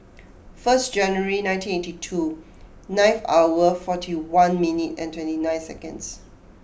first July nineteen eighty two nine hour forty one minute and twenty nine seconds